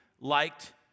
liked